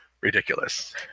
Ridiculous